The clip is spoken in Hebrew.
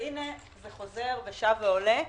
והנה זה שב ועולה.